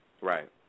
Right